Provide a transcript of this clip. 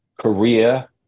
Korea